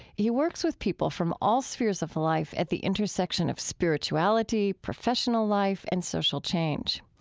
he works with people from all spheres of life at the intersection of spirituality, professional life, and social change.